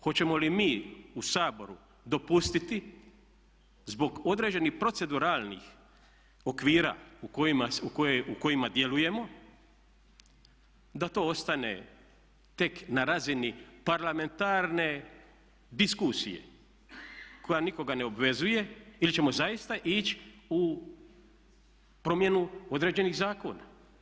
Hoćemo li mi u Saboru dopustiti zbog određenih proceduralnih okvira u kojima djelujemo da to ostane tek na razini parlamentarne diskusije koja nikoga ne obvezuje ili ćemo zaista ići u promjenu određenih zakona?